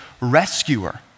rescuer